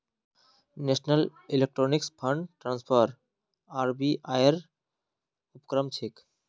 national electronic fund transfer RBI ऐर उपक्रम छेक